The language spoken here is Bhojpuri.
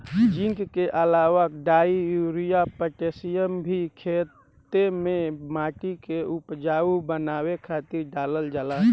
जिंक के अलावा डाई, यूरिया, पोटैशियम भी खेते में माटी के उपजाऊ बनावे खातिर डालल जाला